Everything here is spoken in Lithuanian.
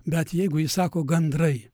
bet jeigu jis sako gandrai